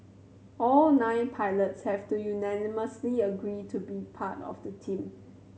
all nine pilots have to unanimously agree to be part of the team